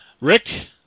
Rick